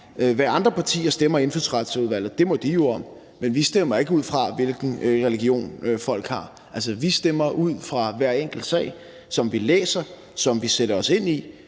Hvad andre partier stemmer i Indfødsretsudvalget, må de jo om, men vi stemmer ikke, ud fra hvilken religion folk har. Altså, vi stemmer ud fra hver enkelt sag, som vi læser, som vi sætter os ind i.